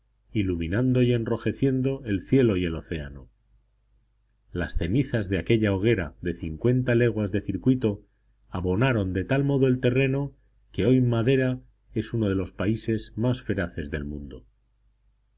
iluminando y enrojeciendo el cielo y el océano las cenizas de aquella hoguera de cincuenta leguas de circuito abonaron de tal modo el terreno que hoy madera es uno de los países más feraces del mundo